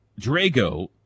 Drago